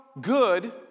good